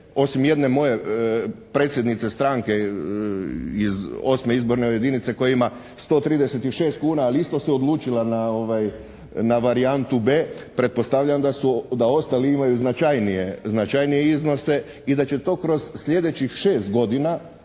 osim jedne moje predsjednice stranke iz VIII. Izborne jedinice koja ima 136 kuna, ali isto se odlučila na varijantu b), pretpostavljam da ostali imaju značajnije iznose i da će to kroz sljedećih šest godina